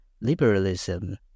liberalism